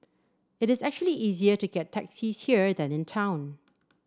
it is actually easier to get taxis here than in town